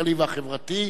הכלכלי והחברתי.